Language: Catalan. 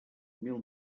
mil